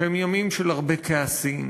שהם ימים של הרבה כעסים,